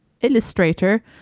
illustrator